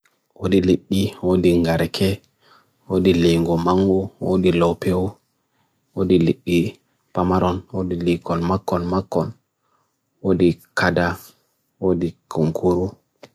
Ngeloba ɓe suufere fiinooko ɓe njaha ha nafoore, kanko heɓi hokkita miijeeji subongu laawol, nefaama e kiiki ndiyanji.